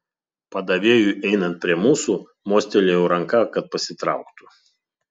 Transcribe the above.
padavėjui einant prie mūsų mostelėjau ranka kad pasitrauktų